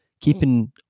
keeping